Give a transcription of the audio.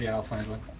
yeah i'll find one.